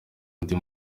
ndi